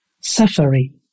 suffering